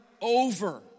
over